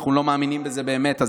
אנחנו לא מאמינים בזה באמת.